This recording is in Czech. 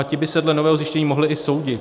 Ti by se dle nového zjištění mohli i soudit.